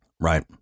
Right